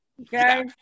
Okay